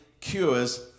cures